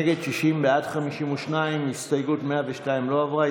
נגד, 60, בעד, 52. הסתייגות 102 לא עברה.